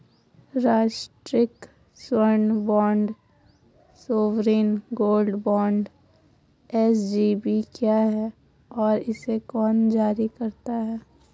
राष्ट्रिक स्वर्ण bond sovereign gold bond SGB क्या है और इसे कौन जारी करता है?